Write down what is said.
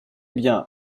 bien